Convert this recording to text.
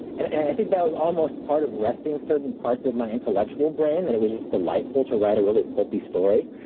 and and i think that was almost part of resting certain parts of my intellectual brain, that it was just delightful to write a really pulpy story.